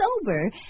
sober